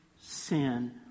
sin